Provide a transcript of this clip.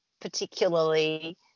particularly